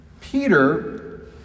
Peter